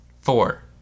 four